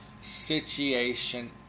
situation